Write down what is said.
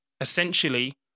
essentially